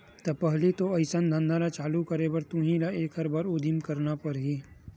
त पहिली तो अइसन धंधा ल चालू करे बर तुही ल एखर बर उदिम करना परही